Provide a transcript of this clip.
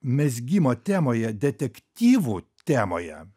mezgimo temoje detektyvų temoje